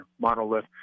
monolith